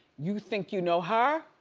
you think, you know her,